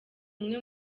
umwe